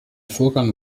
vorgang